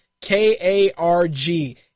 K-A-R-G